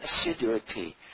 assiduity